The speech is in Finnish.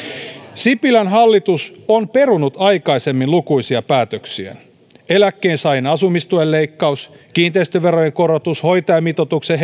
sipilän hallitus on perunut aikaisemmin lukuisia päätöksiään eläkkeensaajien asumistuen leikkauksen kiinteistöverojen korotuksen hoitajamitoituksen